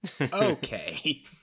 okay